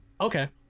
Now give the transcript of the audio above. Okay